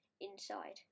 inside